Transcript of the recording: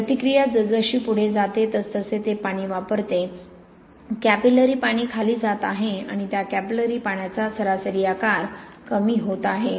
प्रतिक्रिया जसजशी पुढे जाते तसतसे ते पाणी वापरते कॅपिलॅरी पाणी खाली जात आहे आणि त्या कॅपिलॅरी पाण्याचा सरासरी आकार कमी होत आहे